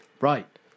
Right